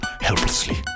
helplessly